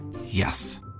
Yes